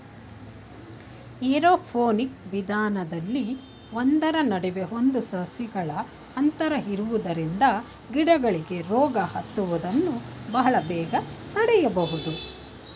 aeroponic ವಿಧಾನದಲ್ಲಿ ಒಂದರ ನಡುವೆ ಒಂದು ಸಸಿಗಳ ಅಂತರ ಇರುವುದರಿಂದ ಗಿಡಗಳಿಗೆ ರೋಗ ಹತ್ತುವುದನ್ನು ಬಹಳ ಬೇಗನೆ ತಡೆಯಬೋದು